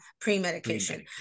pre-medication